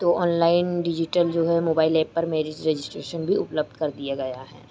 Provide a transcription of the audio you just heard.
तो online digital जो है मोबाइल ऐप पर मैरिज रजिस्ट्रेशन भी उपलब्ध कर दिया गया है